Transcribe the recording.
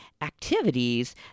activities